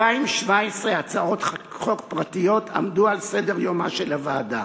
2,017 הצעות חוק פרטיות עמדו על סדר-יומה של הוועדה.